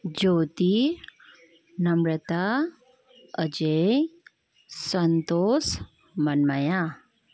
Jyoti Namrata Ajay Santosh Manmaya